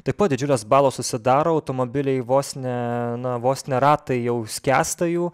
taip pat didžiulės balos susidaro automobiliai vos nee na vos ne ratai jau skęsta jų